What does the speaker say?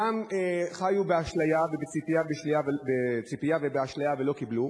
גם הם חיו בציפייה ובאשליה ולא קיבלו.